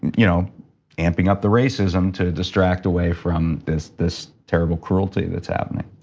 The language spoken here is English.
you know amping up the racism to distract away from this this terrible cruelty that's happening.